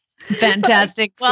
Fantastic